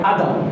Adam